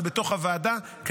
אבל בתוך הוועדה הן הוסרו,